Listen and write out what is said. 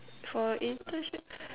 for internship